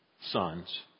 sons